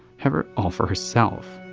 have her all for herself.